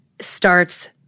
starts